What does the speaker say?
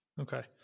Okay